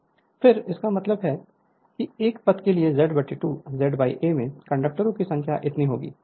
Refer Slide Time 2538 फिर इसका मतलब है कि एक पथ के लिए Z 2 Z A में कंडक्टरों की संख्या इतनी होगी